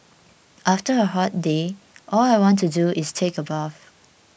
after a hot day all I want to do is take a bath